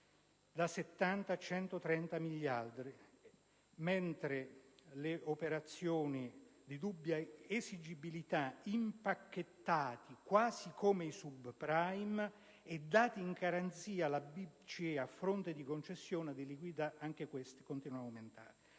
da 70 a 130 miliardi - mentre le operazioni di dubbia esigibilità, impacchettate quasi come i *subprime* e date in garanzia alla BCE a fronte della concessione di liquidità, continuano ad aumentare.